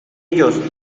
ellos